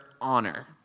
honor